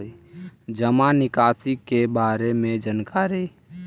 जामा निकासी के बारे में जानकारी?